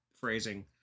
phrasing